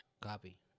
Copy